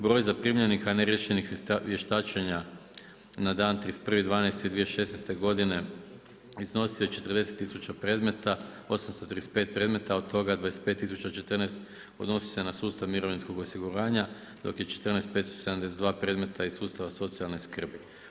Broj zaprimljenih a ne riješenih vještačenja na dan 21.12.2016. godine iznosio je 40 tisuća predmeta, 835 predmeta, od toga 25 tisuća 14 odnosi se na sustav mirovinskog osiguranja dok je 14572 predmeta iz sustava socijalne skrbi.